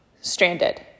stranded